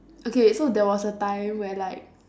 okay so there was a time when like